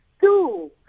Two